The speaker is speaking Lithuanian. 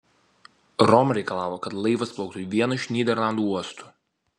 roma reikalavo kad laivas plauktų į vieną iš nyderlandų uostų